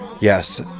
yes